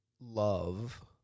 love